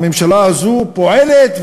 הממשלה הזאת פועלת,